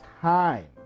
time